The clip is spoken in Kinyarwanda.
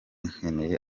nkeneye